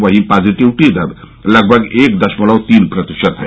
वहीं पॉजिविटी दर लगभग एक दशमलव तीन प्रतिशत है